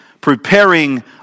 preparing